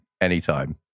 anytime